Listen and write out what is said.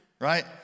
right